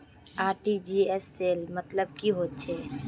RTGS cell मतलब की होचए?